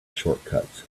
shortcuts